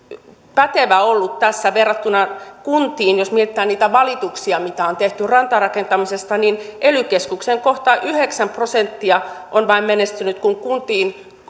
pätevä ollut tässä verrattuna kuntiin jos mietitään niitä valituksia mitä on tehty rantarakentamisesta niin ely keskukseen kohdistuvista vain yhdeksän prosenttia on menestynyt kun kuntiin